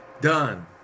Done